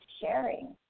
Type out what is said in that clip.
sharing